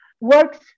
works